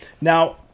Now